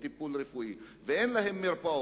טיפול רפואי ואין בהם מרפאות.